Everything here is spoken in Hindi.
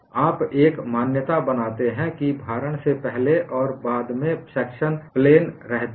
आप एक मान्यता बनाते हैं कि भारण से पहले और बाद में प्लेन सेक्शन प्लेन रहते हैं